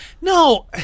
No